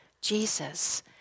Jesus